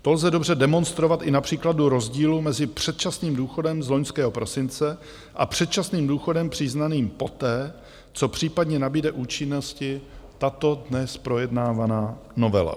To lze dobře demonstrovat i na příkladu rozdílu mezi předčasným důchodem z loňského prosince a předčasným důchodem přiznaným poté, co případně nabude účinnosti tato dnes projednávaná novela.